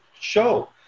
show